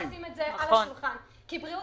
אני רוצה לשים את זה על השולחן כי בריאות